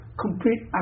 complete